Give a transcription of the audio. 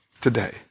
today